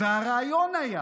הרעיון היה,